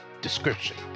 description